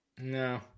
No